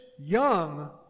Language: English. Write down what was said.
young